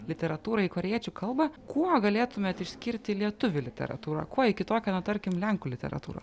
literatūrą į korėjiečių kalbą kuo galėtumėt išskirti lietuvių literatūrą kuo ji kitokia nuo tarkim lenkų literatūra